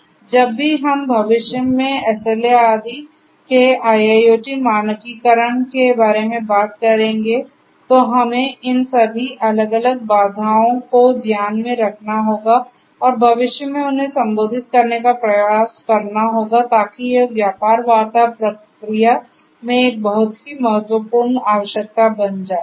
इसलिए जब भी हम भविष्य में SLA आदि के IIoT मानकीकरण के बारे में बात कर रहे हैं तो हमें इन सभी अलग अलग बाधाओंको ध्यान में रखना होगा और भविष्य में उन्हें संबोधित करने का प्रयास करना होगा ताकि यह व्यापार वार्ता प्रक्रिया में एक बहुत ही महत्वपूर्ण आवश्यकता बन जाए